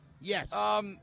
yes